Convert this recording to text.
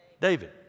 David